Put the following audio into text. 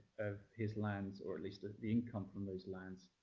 of his lands, or at least ah the income from those lands,